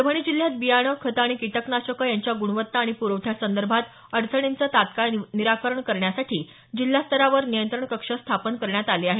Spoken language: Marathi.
परभणी जिल्ह्यात बियाणं खतं आणि किटकनाशकं यांच्या गुणवत्ता आणि पुरवठ्यासंदर्भात अडचणींचं तत्काळ निराकरण करण्यासाठी जिल्हास्तरावर नियंत्रण कक्ष स्थापित करण्यात आले आहेत